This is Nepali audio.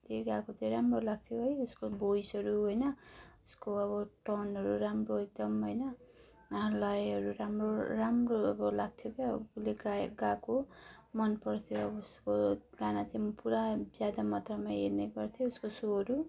ले गाएको चाहिँ राम्रो लाग्थ्यो है त्यसको भोइसहरू होइन उसको अब टर्नहरू राम्रो एकदम होइन लयहरू राम्रो राम्रो अब लाग्थ्यो क्या हौ उ उसले गाए गाएको मनपर्थ्यो अब उसको गाना चाहिँ पुरा ज्यादा मात्रामा हेर्ने गर्थेँ उसको सोहरू